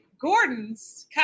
Gordon's